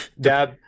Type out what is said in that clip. Dab